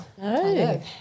Hello